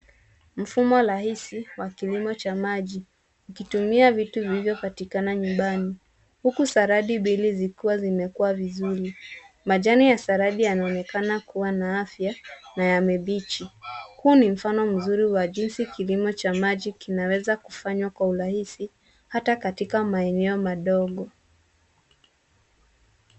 Mfumo rahisi wa kilimo cha maji .Ikitumia vitu vilivyopatikamna nyumbani. Huku saladi mbili zikiwa zimewekwa vizuri. Majani ya saladi yanaonekana kuwa na afya na yamebichi. Huu ni mfano mzuri wa jinsi kilimo cha maji kinaweza kufanywa kwa urahisi hata katika maeneo madogo.